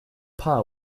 pie